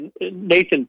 Nathan